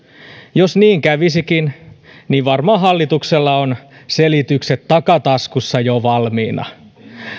jos niin kävisikin varmaan hallituksella on selitykset takataskussa jo valmiina